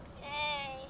hey